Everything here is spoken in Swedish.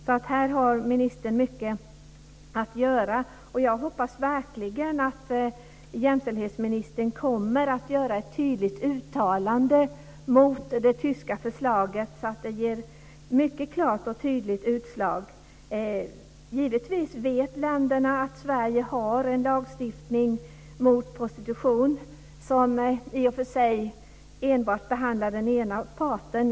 Här har alltså ministern mycket att göra, och jag hoppas verkligen att jämställdhetsministern kommer att göra ett tydligt uttalande mot det tyska förslaget, så att det ger ett mycket klart och tydligt utslag. Givetvis vet de andra länderna att Sverige har en lagstiftning mot prostitution som i och för sig bara behandlar den ena parten.